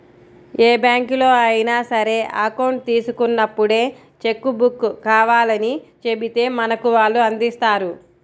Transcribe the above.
ఏ బ్యాంకులో అయినా సరే అకౌంట్ తీసుకున్నప్పుడే చెక్కు బుక్కు కావాలని చెబితే మనకు వాళ్ళు అందిస్తారు